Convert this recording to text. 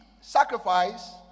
sacrifice